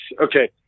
Okay